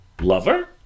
lover